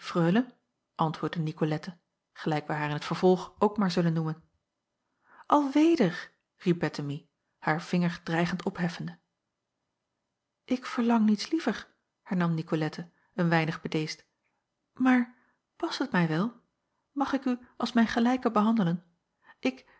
nicolette gelijk wij haar in t vervolg ook maar zullen noemen alweder riep bettemie haar vinger dreigend opheffende ik verlang niets liever hernam nicolette een weinig bedeesd maar past het mij wel mag ik u als mijn gelijke behandelen ik